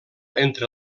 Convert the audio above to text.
entre